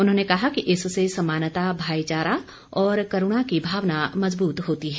उन्होंने कहा कि इससे समानता भाईचारा और करुणा की भावना मजबूत होती है